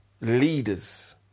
leaders